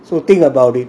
so think about it